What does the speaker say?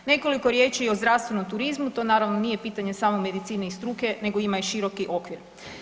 Nekoliko riječi i o zdravstvenom turizmu, to naravno, nije pitanje samo medicine i struke nego ima i široki okvir.